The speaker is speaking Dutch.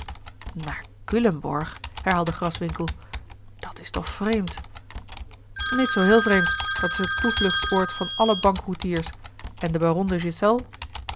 naar culemborg herhaalde graswinckel dat is toch vreemd niet zoo heel vreemd dat is het toevluchtsoord van alle bankroetiers en de